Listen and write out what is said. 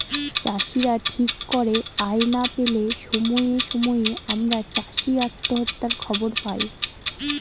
চাষীরা ঠিক করে আয় না পেলে সময়ে সময়ে আমরা চাষী আত্মহত্যার খবর পায়